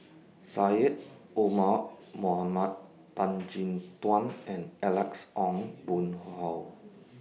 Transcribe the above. Syed Omar Mohamed Tan Chin Tuan and Alex Ong Boon Hau